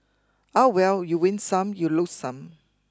ah well you win some you lose some